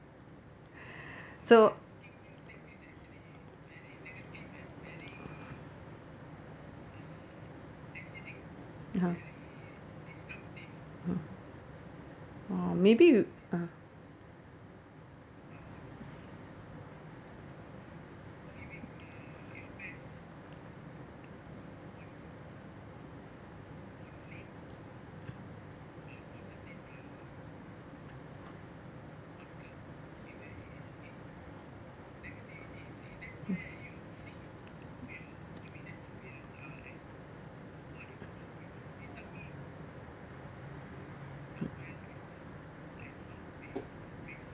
so ya mm oh maybe you uh mm mm